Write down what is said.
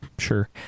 sure